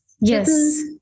yes